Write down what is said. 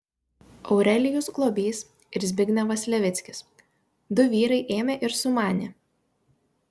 aurelijus globys ir zbignevas levickis du vyrai ėmė ir sumanė